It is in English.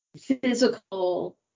physical